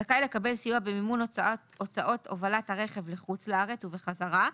זכאי לקבל סיוע במימון הוצאות הובלת הרכב לחוץ לארץ ובחזרה,